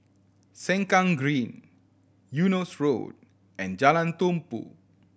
Sengkang Green Eunos Road and Jalan Tumpu